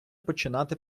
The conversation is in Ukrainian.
починати